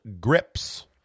grips